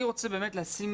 אני רוצה באמת לשים